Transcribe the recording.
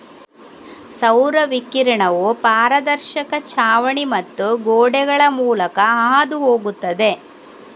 ಸೌರ ವಿಕಿರಣವು ಪಾರದರ್ಶಕ ಛಾವಣಿ ಮತ್ತು ಗೋಡೆಗಳ ಮೂಲಕ ಹಾದು ಹೋಗುತ್ತದೆ